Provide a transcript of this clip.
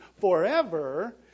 forever